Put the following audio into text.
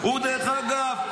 --- דרך אגב,